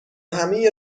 همهی